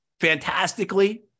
fantastically